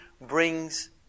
brings